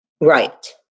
Right